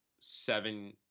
seven